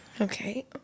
okay